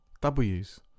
W's